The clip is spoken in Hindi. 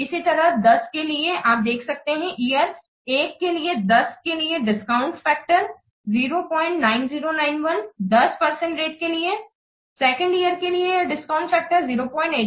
इसी तरह 10 के लिए आप देख सकते हैं ईयर 1 के लिए 10 के लिए डिस्काउंट फैक्टर है 09091 10 परसेंटरेट के लिए सेकंड ईयर के लिए यह डिस्काउंटेड फैक्टर है 08264